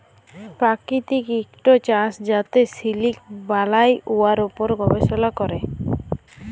পাকিতিক ইকট চাষ যাতে সিলিক বালাই, উয়ার উপর গবেষলা ক্যরে